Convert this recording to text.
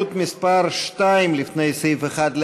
אוסאמה סעדי ועבדאללה אבו מערוף,